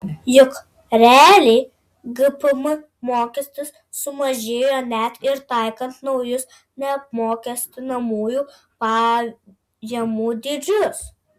juk realiai gpm mokestis sumažėjo net ir taikant naujus neapmokestinamųjų pajamų dydžius